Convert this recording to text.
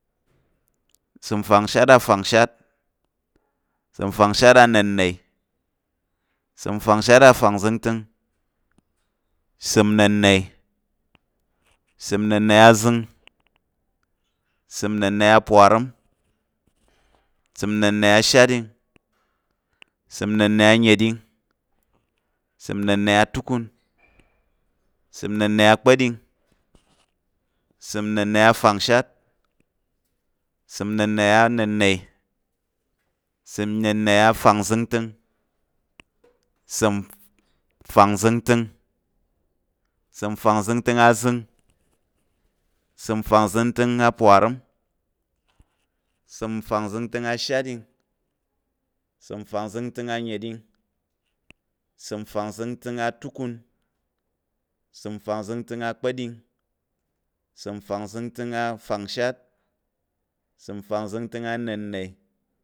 Ìsəm fangshat afangshat, ìsəm fangshat anna̱ne, ìsəm fangshat afangzəngta̱ng, ìsəm nna̱ne, ìsəm nna̱ne aparəm, ìsəm nna̱ne ashatɗing, ìsəm nna̱ne nnəɗing, ìsəm nna̱ne atukun, ìsəm nna̱ne akpa̱ɗing, ìsəm nna̱ne afangshat, ìsəm nna̱ne nna̱ne, ìsəm nna̱ne afangzəngtəng, ìsəm fangzəngtəng, ìsəm fangzəngtəng azəng, ìsəm fangzəngtəng aparəm, ìsəm fangzəngtəng ashatɗing, ìsəm fangzəngtəng annəɗing, ìsəm fangzəngtəng atukun, ìsəm fangzəngtəng akpa̱ɗing, ìsəm fangzəngtəng afangshat, ìsəm fangzəngtəng anna̱ne